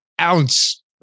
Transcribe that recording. ounce